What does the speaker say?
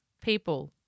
people